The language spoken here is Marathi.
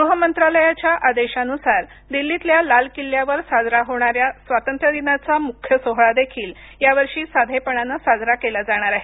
गृहमंत्रालयाच्या आदेशानुसार दिल्लीतल्या लाल किल्ल्यावर साजरा होणारा स्वातंत्र्य दिनाचा मुख्य सोहळादेखील यावर्षी साधेपणानं साजरा केला जाणार आहे